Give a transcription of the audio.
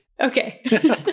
Okay